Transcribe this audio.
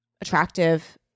attractive